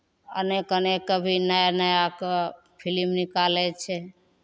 आ नहि कने कभी नया नयाके फिलिम निकालै छै